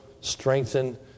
strengthen